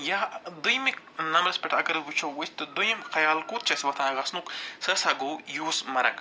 یا دوٚیمہِ نمبرس پٮ۪ٹھ اگر وٕچھو أسۍ تہٕ دوٚیِم خیال کوٚت چھِ اَسہِ وۄتھان گژھنُک سُہ ہسا گوٚو یوٗس مرٕگ